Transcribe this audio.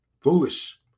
Foolish